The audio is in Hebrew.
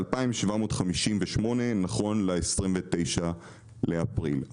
נכון לתאריך 29 באפריל אכפנו ב-2,758,.